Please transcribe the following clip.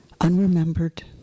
unremembered